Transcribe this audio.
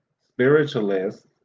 spiritualists